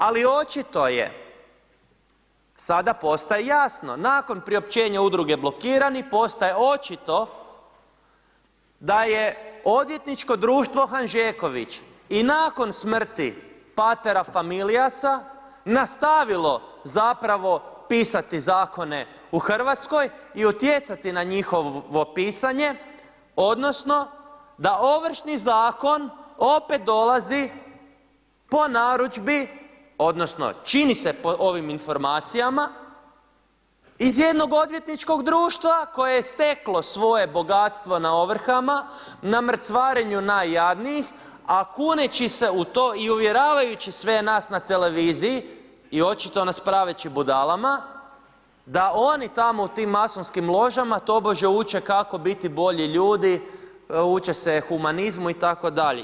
Ali očito je sada postaje jasno, nakon priopćenja udruge blokirani postaje očito da je Odvjetničko društvo Hanžeković i nakon smrti „patera familijasa“ nastavilo zapravo pisati zakone u Hrvatskoj i utjecati na njihovo pisanje, odnosno da Ovršni zakon opet dolazi po narudžbi, odnosno čini se po ovim informacijama iz jednog odvjetničkog društva koje je steklo svoje bogatstvo na ovrhama na mrcvarenju najjadnijih a kuneći se u to i uvjeravajući sve nas na televiziji i očito nas praveći budalama da oni tamo u tim masonskim ložama tobože uče kako biti bolji ljudi, uče se humanizmu itd.